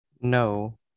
No